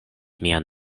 mian